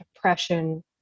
depression